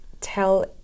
tell